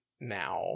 now